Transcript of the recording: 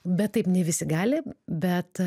bet taip ne visi gali bet